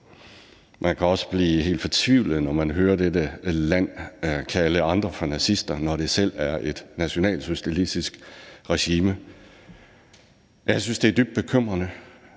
Man kan også blive helt fortvivlet, når man hører dette land kalde andre for nazister, når det selv er et nationalsocialistisk regime. Jeg synes, det er dybt bekymrende.